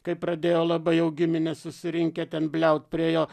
kai pradėjo labai jau giminės susirinkę ten bliaut prie jo